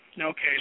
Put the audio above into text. Okay